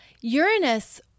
Uranus